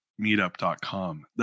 meetup.com